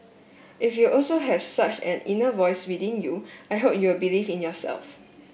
if you also have such an inner voice within you I hope you'll believe in yourself